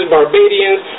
Barbadians